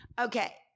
Okay